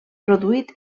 produït